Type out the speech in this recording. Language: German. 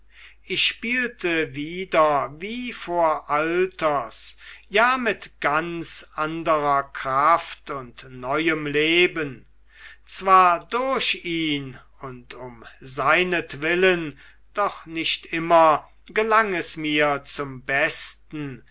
ich spielte wieder wie vor alters ja mit ganz anderer kraft und neuem leben zwar durch ihn und um seinetwillen doch nicht immer gelang es mir zum besten